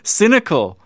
cynical